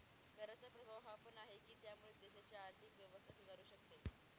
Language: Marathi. कराचा प्रभाव हा पण आहे, की त्यामुळे देशाची आर्थिक व्यवस्था सुधारू शकते